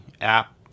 app